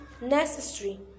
necessary